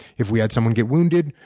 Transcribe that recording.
if we had someone get wounded,